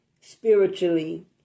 spiritually